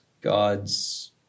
God's